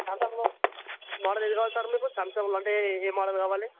చాలా మొబ్ మోడల్ ఏది కావాలి సార్ మీకు శామ్సంగ్లో అంటే ఏ మోడల్ కావాలి